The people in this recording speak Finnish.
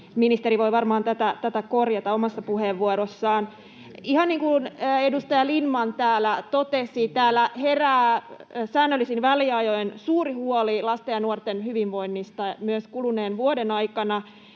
Ministeri voi varmaan tätä korjata omassa puheenvuorossaan. Ihan niin kuin edustaja Lindtman täällä totesi, täällä herää säännöllisin väliajoin suuri huoli lasten ja nuorten hyvinvoinnista — myös kuluneen vuoden aikana